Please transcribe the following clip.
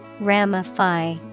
Ramify